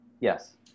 Yes